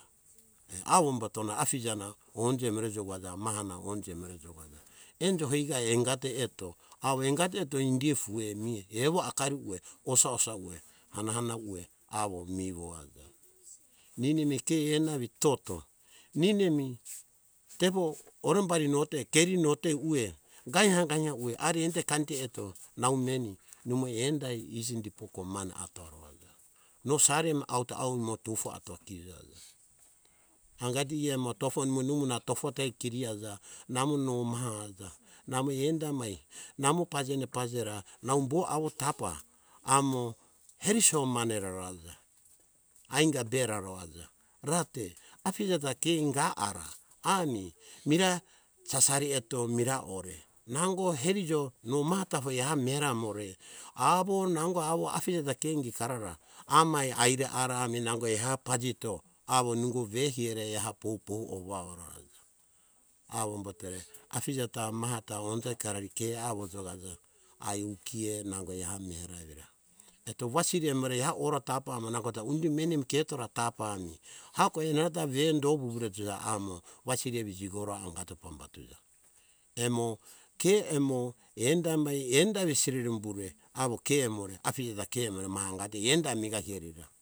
Avombotona afija na onje amore jokaja, maha na onje emore jokaja enjo hoika engato awo angato eto indiea ufue mea evo akari ueh, osa - osa ueh hana hana ue awo mivo eto aja, ninemi ke ena awo toto ninemi ke ena evi toto keri no ami ueh gainha gainha ueh ari enite kainte uh toto, nau meni nimo endai iji dipori mane atoa no sari mi auto au nimo tufo atoa kijo aja. Angato ieah amo tofo nimo nuha tofo te keaja namo no maha aja namo enda emai namo pajene pajera nau boawo tapa amo eroro nanera aja, ainga bera ro aja rate afija take inai ara ami mirai sasari eto mirai ore nango eroro ni maha tafo eha mera amore nango awo ajija ta ke inikarara amai aire aranango eha pajito awo ningo ve hiare pou - pou ovavura awombotere afija ta maha ta onje karari ke awo jokaja ai uekiea nango eha mera evira eto wasiri amo re eha ora tapa amo nangota undi meni mi ketora tapa emi heako enana ta ve do vuvuretuja ami amo wasiri evi jikoru amagato pambatuja emo ke emo enda, enda evi sirerembure awo ke emo afija ta ke emo ma enda emika hiarira.